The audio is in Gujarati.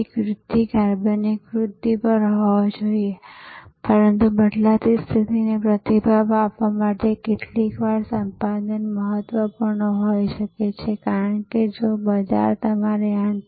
તેથી દૂરથી ખૂબ જ ટૂંકા ગાળામાં પહોંચાડવામાં આવેલો તાજો રાંધેલો ખોરાક 30 કિલોમીટર દૂર કોઈ ગંતવ્ય અને ચોક્કસ સ્થાન પર હોઈ શકે છે તે તમારા ટેબલ પર આવે છે